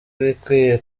ibikwiye